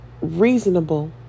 reasonable